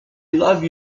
love